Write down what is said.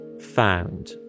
found